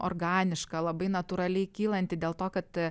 organiška labai natūraliai kylanti dėl to kad